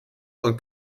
und